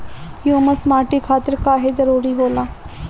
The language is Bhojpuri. ह्यूमस माटी खातिर काहे जरूरी होला?